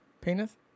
penis